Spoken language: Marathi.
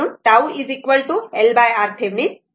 हे RThevenin आहे आणि τ LRThevenin आहे